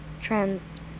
trends